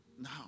now